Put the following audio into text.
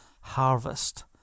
harvest